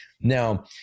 Now